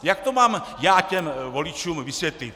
Jak to mám těm voličům vysvětlit?